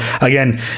again